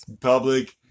Public